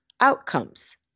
outcomes